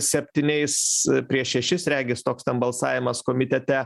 septyniais prieš šešis regis toks balsavimas komitete